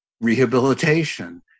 rehabilitation